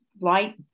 light